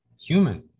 human